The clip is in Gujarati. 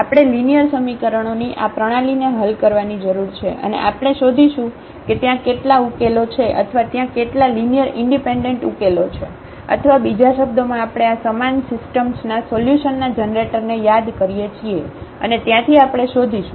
આપણે લિનિયર સમીકરણોની આ પ્રણાલીને હલ કરવાની જરૂર છે અને આપણે શોધીશું કે ત્યાં કેટલા ઉકેલો છે અથવા ત્યાં કેટલા લિનિયર ઇન્ડિપેન્ડન્ટ ઉકેલો છે અથવા બીજા શબ્દોમાં આપણે આ સમાન સિસ્ટમ્સના સોલ્યુશનના જનરેટરને યાદ કરીએ છીએ અને ત્યાંથી આપણે શોધીશું